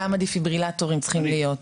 כמה דפיברילטורים צריכים להיות?